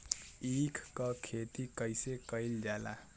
ईख क खेती कइसे कइल जाला?